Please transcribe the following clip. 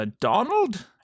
Donald